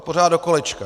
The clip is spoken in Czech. Pořád dokolečka.